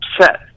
set